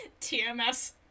TMS